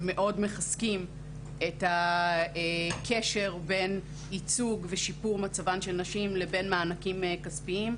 מאוד מחזקים את הקשר בין ייצוג ושיפור מצבן של נשים לבין מענקים כספיים,